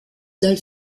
dal